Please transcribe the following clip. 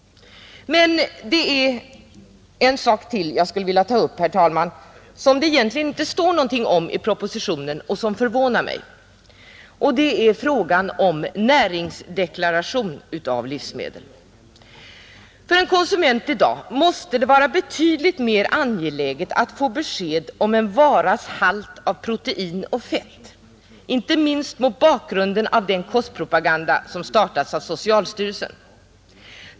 Herr talman! Jag skulle vilja ta upp en sak till som det egentligen inte står någonting om i propositionen, något som förvånar mig. Det gäller frågan om alternativ näringsdeklaration av livsmedel. För en konsument i dag måste det vara betydligt mer angeläget att få besked om en varas halt av protein och fett — inte minst mot bakgrunden av den kostpropaganda som startats av socialstyrelsen.